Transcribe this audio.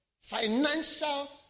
financial